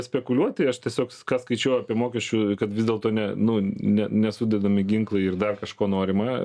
spekuliuoti aš tiesiog s ką skaičiau apie mokesčių kad vis dėlto ne nu ne nesudedami ginklai ir dar kažko norima